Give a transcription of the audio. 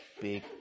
big